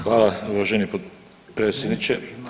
Hvala uvaženi potpredsjedniče.